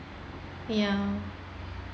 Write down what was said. ya